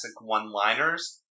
one-liners